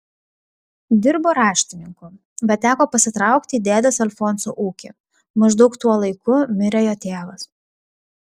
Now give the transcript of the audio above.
dirbo raštininku bet teko pasitraukti į dėdės alfonso ūkį maždaug tuo laiku mirė jo tėvas